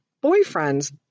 boyfriend's